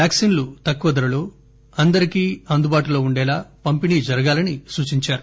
vaccine లు తక్కువ ధరలో అందరికి అందుబాటులో ఉండేలా పంపిణీ జరగాలని సూచించారు